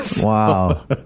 Wow